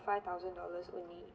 five thousand dollars only